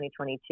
2022